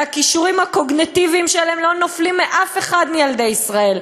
והכישורים הקוגניטיביים שלהם לא נופלים משל אף אחד מילדי ישראל.